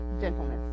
Gentleness